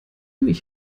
ich